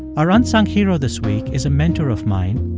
our unsung hero this week is a mentor of mine,